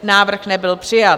Návrh nebyl přijat.